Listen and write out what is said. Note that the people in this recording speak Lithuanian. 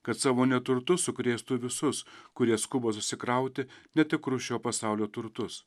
kad savo neturtu sukrėstų visus kurie skuba susikrauti netikrus šio pasaulio turtus